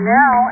now